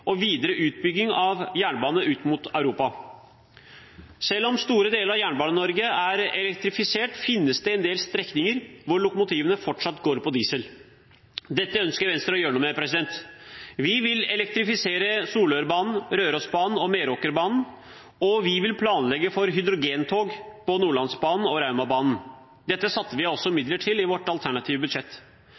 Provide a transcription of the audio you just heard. og videre utbygging av jernbanen ut mot Europa. Selv om store deler av Jernbane-Norge er elektrifisert, finnes det en del strekninger hvor lokomotivene fortsatt går på diesel. Dette ønsker Venstre å gjøre noe med. Vi vil elektrifisere Solørbanen, Rørosbanen og Meråkerbanen, og vi vil planlegge for hydrogentog på Nordlandsbanen og Raumabanen. Dette satte vi av midler til i vårt alternative budsjett.